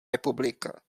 republika